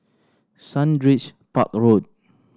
Sundridge Park Road